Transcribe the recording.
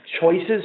choices